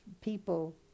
people